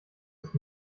ist